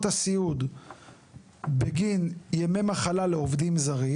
הסיעוד בגין ימי מחלה לעובדים זרים.